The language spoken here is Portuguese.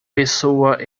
pessoa